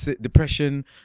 Depression